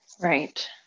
Right